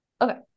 Okay